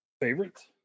favorites